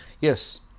Yes